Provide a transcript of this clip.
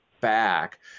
back